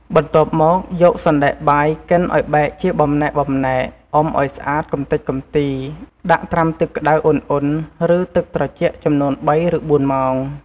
បន្ទាប់មកយកសណ្ដែកបាយកិនឱ្យបែកជាបំណែកៗ អុំឱ្យស្អាតកម្ទេចកំទី ដាក់ត្រាំទឹកក្ដៅឧណ្ហៗ ឬទឹកត្រជាក់ចំនួន ៣ ឬ៤ម៉ោង។